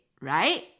right